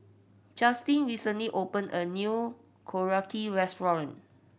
Justen recently opened a new Korokke Restaurant